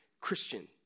Christian